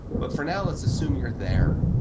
but for now, let's assume you're there.